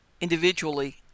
individually